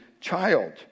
child